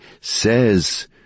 says